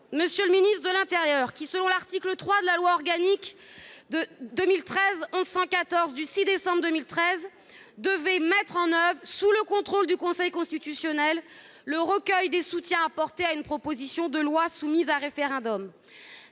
monsieur le ministre de l'intérieur, qui, selon l'article 3 de la loi organique n° 2013-1114 du 6 décembre 2013, devez mettre en oeuvre, « sous le contrôle du Conseil constitutionnel, le recueil des soutiens apportés à une proposition de loi » soumise à référendum.